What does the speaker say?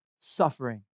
suffering